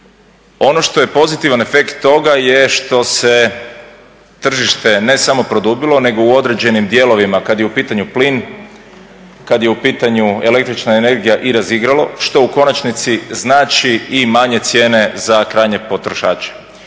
Ono što je pozitivan efekt toga je što se tržište ne samo produbilo, nego u određenim dijelovima kad je u pitanju plin, kad je u pitanju električna energija i razigralo što u konačnici znači i manje cijene za krajnje potrošače.